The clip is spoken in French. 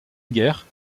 guerre